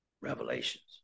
Revelations